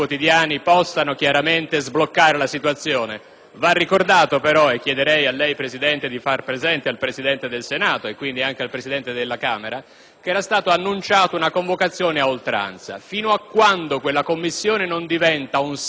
va ricordato però - e chiedo a lei, signor Presidente, di farlo presente al Presidente del Senato e al Presidente della Camera dei deputati - che era stata annunciata una convocazione ad oltranza. Fino a quando quella Commissione non diventa un seggio elettorale che viene chiuso al momento in cui